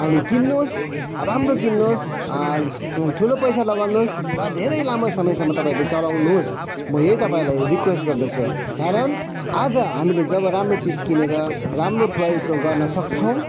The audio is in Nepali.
अनि किन्नुस् राम्रो किन्नुहोस् ठुलो पैसा लगाउनुहोस् र धेरै लामो समयसम्म तपाईँहरूले चलाउनुहोस् म यही तपाईँहरूलाई रिक्वेस्ट गर्दछु कारण आज हामीले जब राम्रो चिज किनेर राम्रो प्रयोग गर्न सक्छौँ